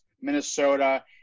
Minnesota